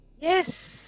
Yes